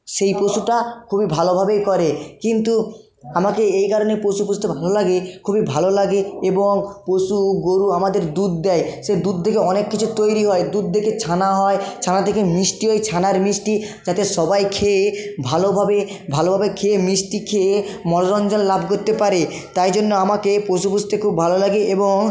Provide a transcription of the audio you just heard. সেই পশুটা খুবই ভালোভাবেই করে কিন্তু আমাকে এই কারণে পশু পুষতে ভালো লাগে খুবই ভালো লাগে এবং পশু গোরু আমাদের দুধ দেয় সে দুধ থেকে অনেক কিছু তৈরি হয় দুধ থেকে ছানা হয় ছানা থেকে মিষ্টি ওই ছানার মিষ্টি যাতে সবাই খেয়ে ভালোভাবে ভালোভাবে খেয়ে মিষ্টি খেয়ে মনোরঞ্জন লাভ করতে পারে তাই জন্য আমাকে পশু পুষতে খুব ভালো লাগে এবং